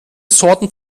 sorten